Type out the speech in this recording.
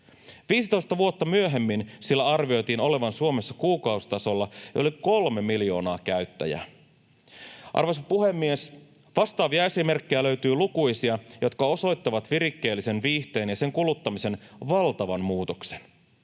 15 vuotta myöhemmin sillä arvioitiin olevan Suomessa kuukausitasolla yli kolme miljoonaa käyttäjää. Arvoisa puhemies! Löytyy lukuisia vastaavia esimerkkejä, jotka osoittavat virikkeellisen viihteen ja sen kuluttamisen valtavan muutoksen.